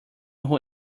who